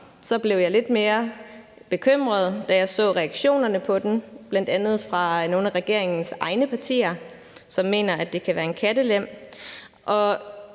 blev jeg lidt mere bekymret, da jeg så reaktionerne på den, bl.a. fra nogle af regeringens egne partier, som mener, at det kan være en kattelem.